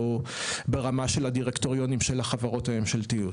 ברמה של הדירקטוריונים של החברות הממשלתיות.